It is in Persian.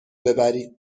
ببرید